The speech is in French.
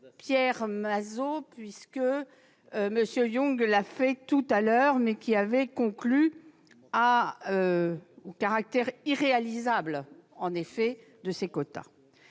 Pierre Mazeaud, puisque M. Yung l'a fait tout à l'heure, mais il avait conclu au caractère irréalisable de ces quotas.